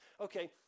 Okay